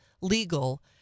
legal